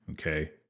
okay